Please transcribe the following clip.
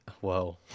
Whoa